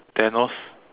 thanos